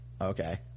Okay